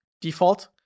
default